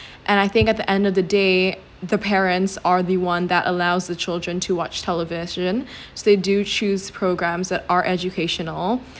and I think at the end of the day the parents are the one that allows the children to watch television so they do choose programmes that are educational